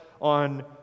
on